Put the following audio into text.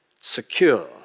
secure